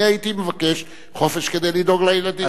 אני הייתי מבקש חופש כדי לדאוג לילדים.